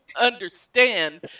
understand